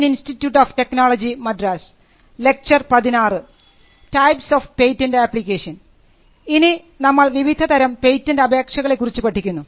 ഇനി നമ്മൾ വിവിധ തരം പേറ്റന്റ് അപേക്ഷകളെ കുറിച്ച് പഠിക്കുന്നു